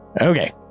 Okay